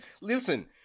Listen